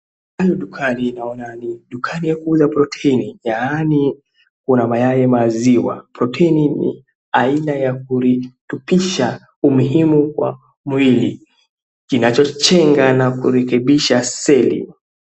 Hii duka naona ni duka la kuuza proteini yaani kuna mayai na maziwa. Protein ni aina ya kuritupisha umuhimu wa mwili inayojenga na kurekebisha seli.